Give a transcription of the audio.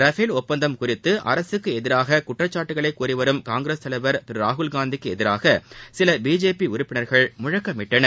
Rafale ஒப்பந்தம் குறித்து அரசுக்கு எதிராக குற்றக்காட்டுகளை கூறிவரும் காங்கிரஸ் தலைவர் திரு ராகுல்காந்திக்கு எதிராக சில பிஜேபி உறுப்பினர்கள் முழக்கமிட்டனர்